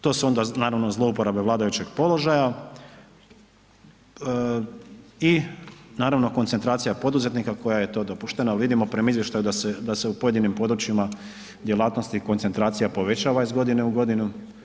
To su onda naravno zlouporabe vladajućeg položaja i naravno koncentracija poduzetnika koja je to dopuštena jer vidimo prema izvještaju da se u pojedinim područjima djelatnosti i koncentracija povećava iz godine u godinu.